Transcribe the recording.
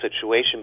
situation